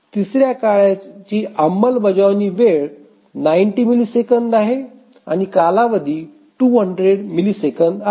तिसऱ्या कार्याची अंमलबजावणी वेळ ९० मिलिसेकंद आहे आणि कालावधी २०० मिलिसेकंद आहे